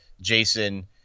Jason –